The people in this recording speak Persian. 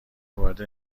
وارد